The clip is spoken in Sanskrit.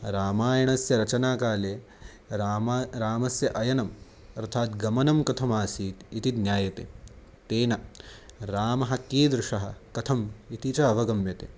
रामायणस्य रचनाकाले रामस्य रामस्य अयनम् अर्थात् गमनं कथमासीत् इति ज्ञायते तेन रामः कीदृशः कथम् इति च अवगम्यते